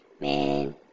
Man